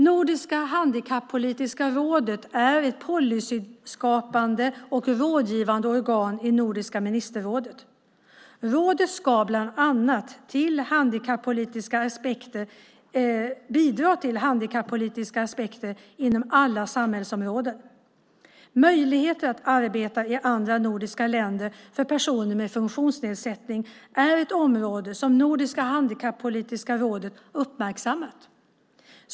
Nordiska handikappspolitiska rådet är ett policyskapande och rådgivande organ i Nordiska ministerrådet. Rådet ska bland annat bidra till handikappspolitiska aspekter inom alla samhällsområden. Möjligheter att arbeta i andra nordiska länder för personer med funktionsnedsättning är ett område som Nordiska handikappspolitiska rådet har uppmärksammat.